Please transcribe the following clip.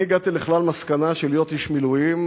אני הגעתי לכלל מסקנה שלהיות איש מילואים,